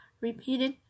repeated